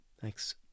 thanks